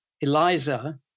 Eliza